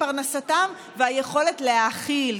פרנסתם והיכולת להאכיל,